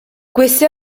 queste